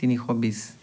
তিনিশ বিছ